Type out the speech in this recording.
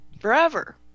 forever